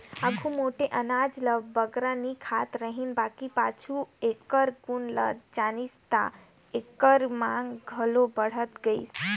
आघु मोट अनाज ल बगरा नी खात रहिन बकि पाछू एकर गुन ल जानिन ता एकर मांग घलो बढ़त गइस